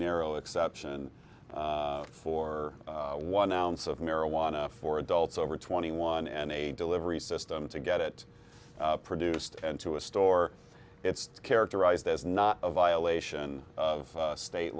narrow exception for one ounce of marijuana for adults over twenty one and a delivery system to get it produced and to a store it's characterized as not a violation of state